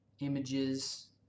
images